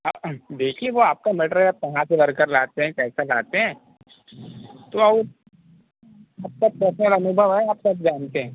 आप देखिए वो आपका मेटर आप कहाँ से वर्कर लाते हैं कैसा लाते हैं तो आप आपका पर्सनल अनुभव है आप सब जानते हैं